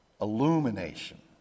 illumination